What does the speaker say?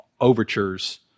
overtures